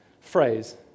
phrase